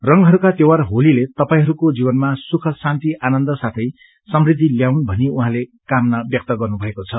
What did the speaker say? रंगहरूका त्यौहार होलीले तपाईहरूको जीवनमा सुख शान्ति आनन्द साथै समृद्धि ल्याउन् भनि उहाँले कामना व्यक्त गर्नुभएको छ